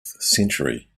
century